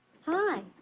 Hi